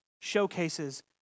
showcases